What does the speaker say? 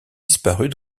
disparut